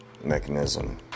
mechanism